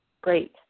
great